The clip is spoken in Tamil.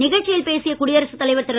நிகழ்ச்சியில் பேசிய குடியரசுத் தலைவர் திரு